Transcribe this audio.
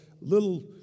little